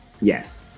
yes